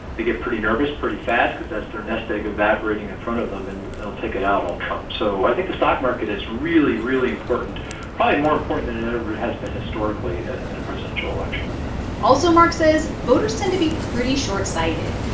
they get pretty nervous pretty fast because that's their nest egg evaporating in front of them. and they'll take it out on trump. so i think the stock market is really, really important probably more important than it ever has been historically in a presidential election also, mark says, voters tend to be pretty short-sighted,